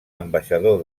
ambaixador